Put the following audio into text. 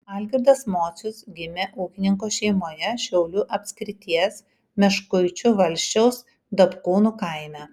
algirdas mocius gimė ūkininko šeimoje šiaulių apskrities meškuičių valsčiaus dapkūnų kaime